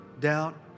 doubt